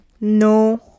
no